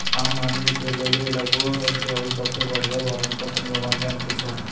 आम आदमी के लेली लघु उद्योग सबसे बढ़िया भरण पोषण के माध्यम छै